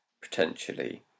potentially